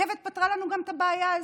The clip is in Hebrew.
הרכבת פתרה לנו גם את הבעיה הזאת,